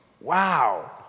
Wow